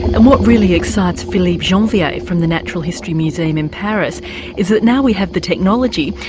and what really excites philippe janvier from the natural history museum in paris is that now we have the technology,